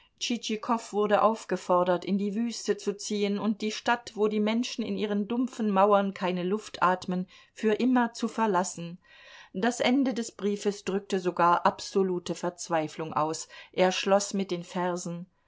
tschitschikow wurde aufgefordert in die wüste zu ziehen und die stadt wo die menschen in ihren dumpfen mauern keine luft atmen für immer zu verlassen das ende des briefes drückte sogar absolute verzweiflung aus er schloß mit den versen